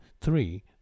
three